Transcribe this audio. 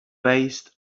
based